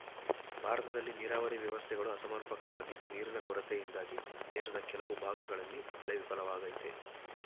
ಭಾರತದಲ್ಲಿ ನೀರಾವರಿ ವ್ಯವಸ್ಥೆಗಳು ಅಸಮರ್ಪಕವಾಗಿದ್ದು ನೀರಿನ ಕೊರತೆಯಿಂದಾಗಿ ದೇಶದ ಕೆಲವು ಭಾಗಗಳಲ್ಲಿ ಬೆಳೆ ವಿಫಲವಾಗಯ್ತೆ